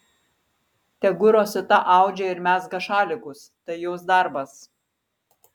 tegu rosita audžia ir mezga šalikus tai jos darbas